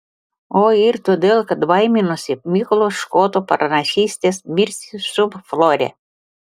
o ir todėl kad baiminosi mykolo škoto pranašystės mirsi sub flore